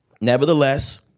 Nevertheless